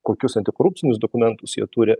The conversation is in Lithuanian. kokius antikorupcinius dokumentus jie turi